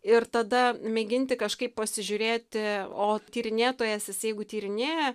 ir tada mėginti kažkaip pasižiūrėti o tyrinėtojas jis jeigu tyrinėja